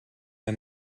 and